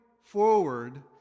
forward